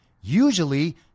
Usually